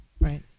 Right